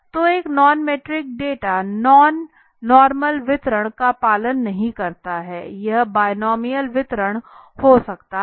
तो एक non metric data non normal वितरण का पालन नहीं करता है यह बायनॉमियल वितरण हो सकता है